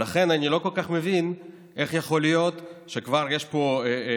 ולכן אני לא כל כך מבין איך יכול להיות שכבר יש פה מספרים.